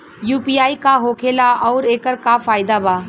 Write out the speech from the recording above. UPI का होखेला आउर एकर का फायदा बा?